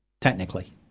technically